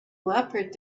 leopard